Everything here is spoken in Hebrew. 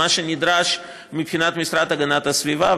מה שנדרש מבחינת משרד הגנת הסביבה,